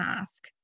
ask